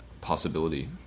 possibility